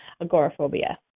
agoraphobia